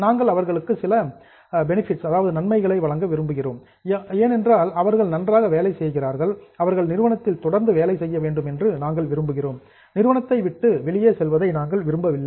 நாங்கள் அவர்களுக்கு சில பெனெஃபிட்ஸ் நன்மைகளை வழங்க விரும்புகிறோம் ஏனென்றால் அவர்கள் நன்றாக வேலை செய்கிறார்கள் அவர்கள் நிறுவனத்தில் தொடர்ந்து வேலை செய்ய வேண்டும் என்று நாங்கள் விரும்புகிறோம் நிறுவனத்தை விட்டு வெளியே செல்வதை நாங்கள் விரும்பவில்லை